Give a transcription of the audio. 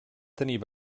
tenir